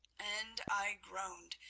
and i groaned,